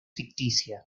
ficticia